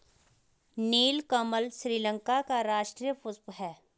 नीलकमल श्रीलंका का राष्ट्रीय पुष्प है